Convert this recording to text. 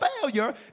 failure